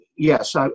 Yes